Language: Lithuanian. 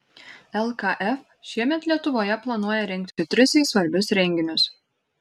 lkf šiemet lietuvoje planuoja rengti tris jai svarbius renginius